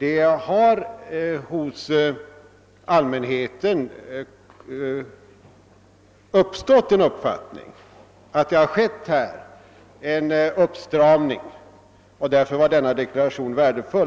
Bland allmänheten har den uppfattningen uppkommit att det skett en åtstramning i detta avseende, och därför var denna deklaration av värde.